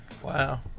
Wow